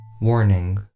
Warning